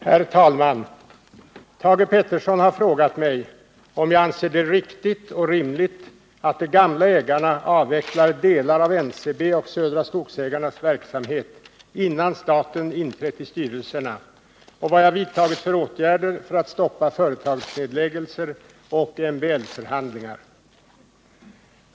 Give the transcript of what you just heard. Herr talman! Thage Peterson har frågat mig om jag anser det riktigt och rimligt att de gamla ägarna avvecklar delar av NCB:s och Södra Skogsägarnas verksamhet innan staten inträtt i styrelserna, och vad jag har vidtagit för åtgärder för att stoppa företagsnedläggelser och MBL-förhandlingar.